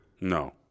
No